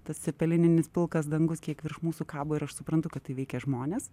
tas cepelininis pilkas dangus kiek virš mūsų kabo ir aš suprantu kad tai veikia žmones